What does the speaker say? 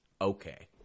Okay